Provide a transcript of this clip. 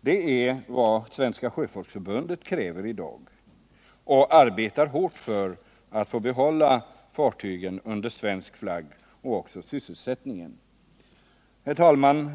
Det är vad Svenska sjöfolksförbundet kräver i dag. Och förbundet arbetar hårt för att få behålla fartygen under svensk flagg och därmed även få behålla sysselsättningen. Herr talman!